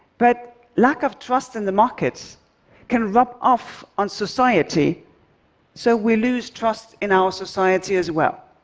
but lack of trust in the market can rub off on society so we lose trust in our society as well.